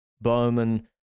Bowman